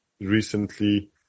recently